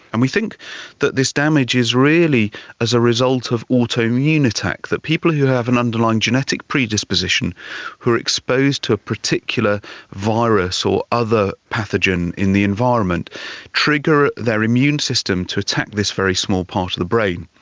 and we think that this damage is really as a result of autoimmune attack, that people who have an underlying genetic predisposition who are exposed to a particular virus or other pathogen in the environment trigger their immune system to attack this very small part of the brain.